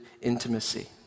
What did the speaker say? intimacy